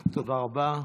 תודה רבה.